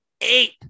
Eight